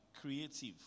creative